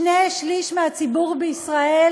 שני שלישים מהציבור בישראל